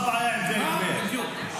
מה הבעיה עם בן גביר?